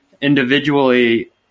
individually